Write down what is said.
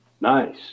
Nice